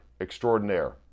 extraordinaire